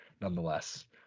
nonetheless